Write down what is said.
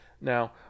Now